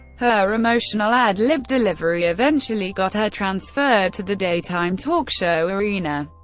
her emotional ad-lib delivery eventually got her transferred to the daytime talk show arena,